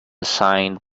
signed